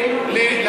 את זה.